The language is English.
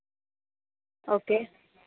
okay